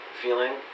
feeling